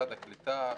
משרד הקליטה,